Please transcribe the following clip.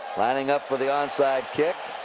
lining up for the onside kick.